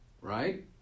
right